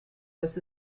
was